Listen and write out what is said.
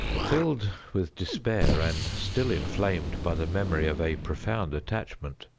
filled with despair, and still inflamed by the memory of a profound attachment,